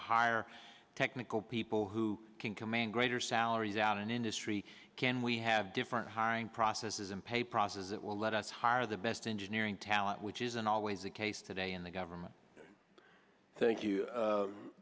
hire technical people who can command greater salaries out in industry can we have different hiring process is in pay process that will let us hire the best engineering talent which isn't always the case today in the government thank you